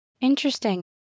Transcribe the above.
Interesting